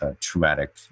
traumatic